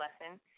lesson